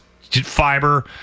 fiber